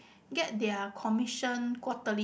get their commission quarterly